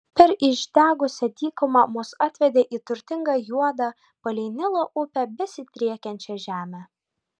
per išdegusią dykumą mus atvedė į turtingą juodą palei nilo upę besidriekiančią žemę